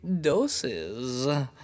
doses